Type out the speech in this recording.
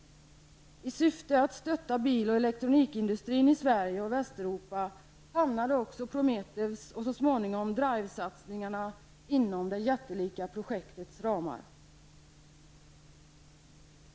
I syfte att stötta bil och elektronikindustrin i Sverige och Västeuropa hamnade också Prometheussatsningarna -- och så småningom även Drive-satsningarna -- inom det jättelika projektets ramar.